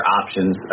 options